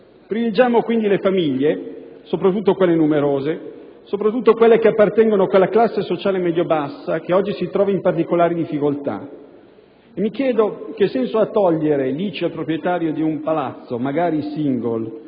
Privilegiamo quindi le famiglie, soprattutto quelle numerose, soprattutto quelle che appartengono a quella classe sociale medio bassa che oggi si trova in particolare difficoltà. Mi chiedo che senso ha togliere l'ICI al proprietario di un palazzo, magari *single*